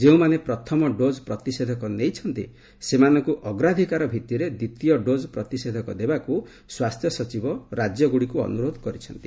ଯେଉଁମାନେ ପ୍ରଥମ ଡୋଜ୍ ପ୍ରତିଷେଧକ ନେଇଛନ୍ତି ସେମାନଙ୍କୁ ଅଗ୍ରାଧିକାର ଭିଭିରେ ଦ୍ୱିତୀୟ ଡୋଜ୍ ପ୍ରତିଷେଧକ ଦେବାକୁ ସ୍ୱାସ୍ଥ୍ୟ ସଚିବ ରାଜ୍ୟଗୁଡ଼ିକୁ ଅନୁରୋଧ କରିଛନ୍ତି